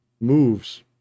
moves